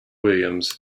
williams